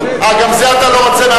אה, גם זה אתה לא רוצה?